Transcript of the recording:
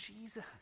Jesus